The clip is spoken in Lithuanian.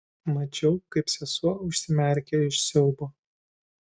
mačiau kaip sesuo užsimerkia iš siaubo